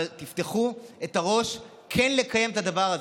אבל תפתחו את הראש כן לקיים את הדבר הזה.